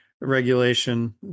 regulation